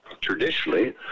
traditionally